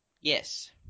Yes